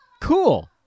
Cool